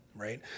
Right